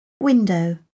Window